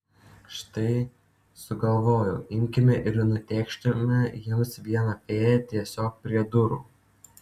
štai sugalvojau imkime ir nutėkškime jiems vieną fėją tiesiog prie durų